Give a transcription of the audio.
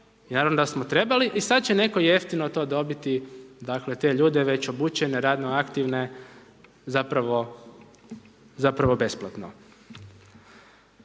naravno da smo trebali i sada će netko jeftino to dobiti, dakle te ljude već obučene, radno aktivne, zapravo besplatno.